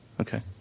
Okay